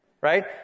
Right